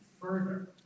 further